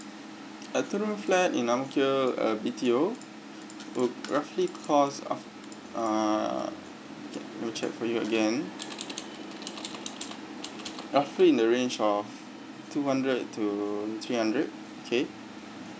a two room flat in ang mo kio uh B_T_O would roughly cost uh uh okay let me check for you again roughly in the range of two hundred to three hundred K